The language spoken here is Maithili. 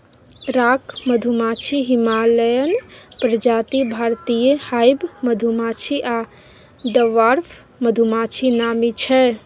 राँक मधुमाछी, हिमालयन प्रजाति, भारतीय हाइब मधुमाछी आ डवार्फ मधुमाछी नामी छै